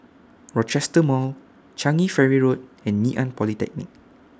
Rochester Mall Changi Ferry Road and Ngee Ann Polytechnic